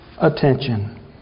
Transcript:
attention